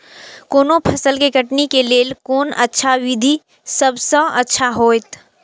कोनो फसल के कटनी के लेल कोन अच्छा विधि सबसँ अच्छा होयत?